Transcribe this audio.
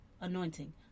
anointing